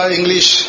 English